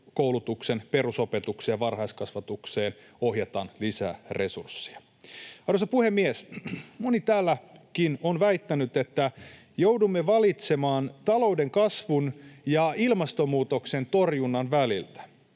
lukiokoulutukseen, perusopetukseen ja varhaiskasvatukseen ohjataan lisää resursseja. Arvoisa puhemies! Moni täälläkin on väittänyt, että joudumme valitsemaan talouden kasvun ja ilmastonmuutoksen torjunnan väliltä.